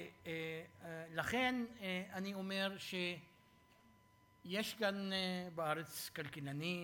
לכן אני אומר שיש כאן בארץ כלכלנים,